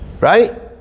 Right